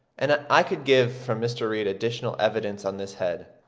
and i could give from mr. reade additional evidence on this head.